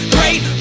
Great